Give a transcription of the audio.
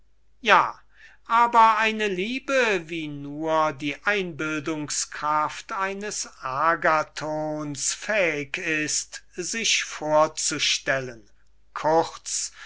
ja aber eine zärtlichkeit wie nur die einbildungskraft eines agathons fähig ist sich vorzustellen kurz